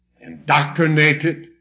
indoctrinated